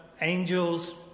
angels